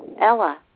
Ella